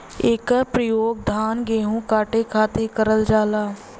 इकर परयोग धान गेहू काटे खातिर करल जाला